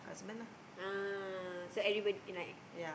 ah so everybody like